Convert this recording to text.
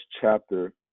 chapter